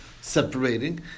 separating